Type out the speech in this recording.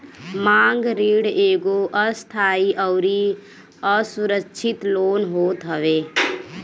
मांग ऋण एगो अस्थाई अउरी असुरक्षित लोन होत हवे